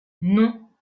non